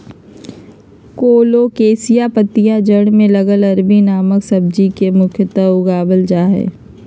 colocasia पत्तियां जड़ में लगल अरबी नामक सब्जी के लिए मुख्यतः उगाल जा हइ